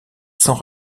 sans